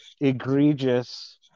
egregious